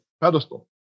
pedestal